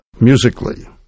musically